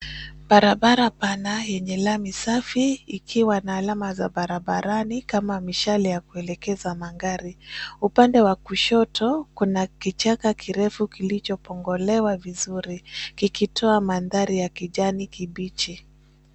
Barabara pana yenye lami safi ikiwa na alama za barabarani kama mishale ya kuelekeza magari. Upande wa kushoto kuna kichaka kirefu kilichopongolewa vizuri kikitoa manthari ya kijani kibichi.